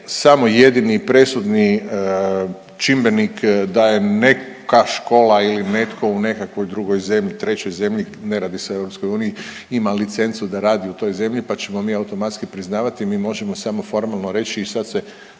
samo jedini i presudni čimbenik da je neka škola ili netko u nekakvoj drugoj zemlji, trećoj zemlji ne radi se o EU ima licencu da radi u toj zemlji pa ćemo mi automatski priznavati, mi možemo samo formalno reći i sad se